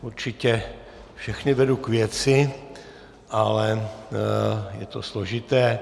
Určitě všechny vedu k věci, ale je to složité.